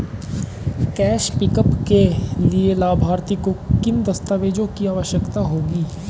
Cash pickup के लिए लाभार्थी को किन दस्तावेजों की आवश्यकता होगी?